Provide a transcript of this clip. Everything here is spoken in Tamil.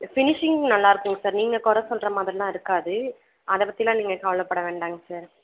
பினிஷிங் நல்லா இருக்கும் சார் நீங்கள் குறை சொல்லுற மாதிரி எல்லாம் இருக்காது அதை பற்றிலாம் நீங்கள் கவலைப்பட வேண்டாங்க சார்